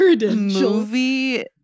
movie